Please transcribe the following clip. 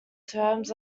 terms